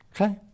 okay